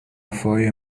وفای